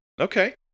Okay